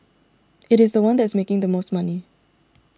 it is the one that is making the most money